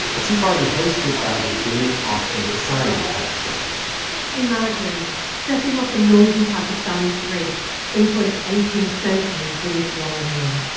a tea party hosted by the jane austen society of pakistan imagine stepping off a noisy pakistani street into an eighteenth century british drawing room